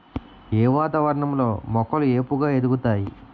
ఏ వాతావరణం లో మొక్కలు ఏపుగ ఎదుగుతాయి?